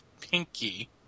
Pinky